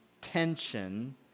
tension